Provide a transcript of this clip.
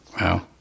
Wow